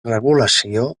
regulació